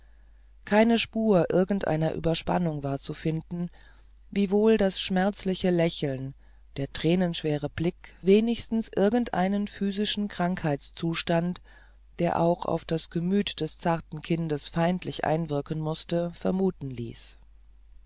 keine spur irgendeiner überspannung war zu finden wiewohl das schmerzliche lächeln der tränenschwere blick wenigstens irgendeinen physischen krankheitszustand der auch auf das gemüt des zarten kindes feindlich einwirken mußte vermuten ließ